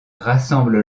rassemble